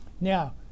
Now